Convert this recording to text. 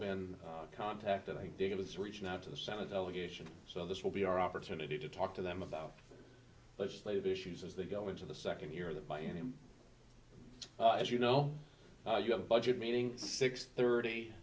been contacted i think it was reaching out to the senate delegation so this will be our opportunity to talk to them about legislative issues as they go into the second year that by him as you know you have a budget meeting six thirty